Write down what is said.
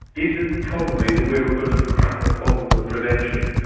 isn't probably the way we're going to crack the problem of prevention.